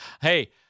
hey –